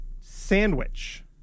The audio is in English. sandwich